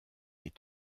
est